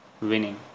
winning